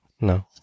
No